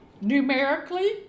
numerically